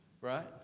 Right